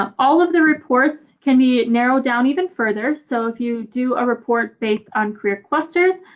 um all of the reports can be narrowed down even further. so if you do a report based on career clusters